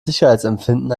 sicherheitsempfinden